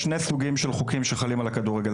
סוגים של חוקים שחלים על הכדורגל.